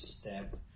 step